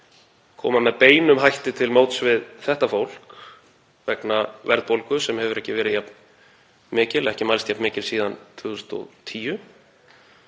koma með beinum hætti til móts við þetta fólk vegna verðbólgu sem hefur ekki mælst jafn mikil síðan 2010.